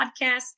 podcast